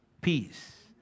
peace